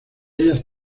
ellas